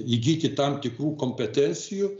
įgyti tam tikrų kompetencijų